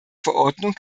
verordnung